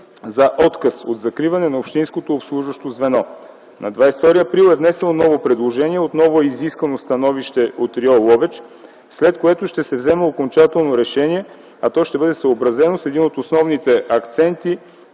за отказ от закриване на общинското обслужващо звено. На 22 април е внесено ново предложение. Отново е изискано становище от РИО - Ловеч, след което ще се вземе окончателно решение, а то ще бъде съобразено с един от основните акценти